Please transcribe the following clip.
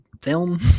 film